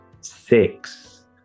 Six